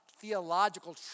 theological